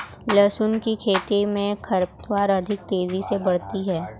लहसुन की खेती मे खरपतवार अधिक तेजी से बढ़ती है